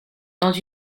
dans